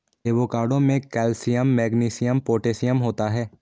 avocado में calcium magnesium potassium होता है